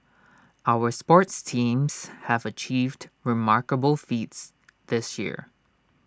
our sports teams have achieved remarkable feats this year